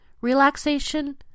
relaxation